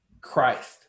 Christ